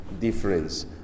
difference